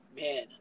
man